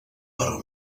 però